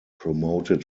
promoted